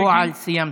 בפועל סיימת.